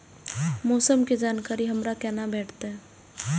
मौसम के जानकारी हमरा केना भेटैत?